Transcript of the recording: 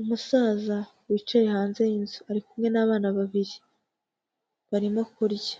Umusaza wicaye hanze y'inzu, ari kumwe n'abana babiri, barimo kurya.